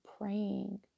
praying